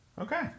okay